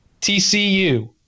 TCU